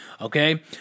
Okay